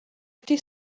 ydy